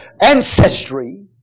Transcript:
ancestry